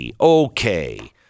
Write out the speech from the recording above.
Okay